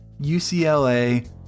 UCLA